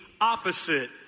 opposite